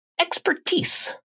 expertise